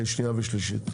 שנייה ושלישית.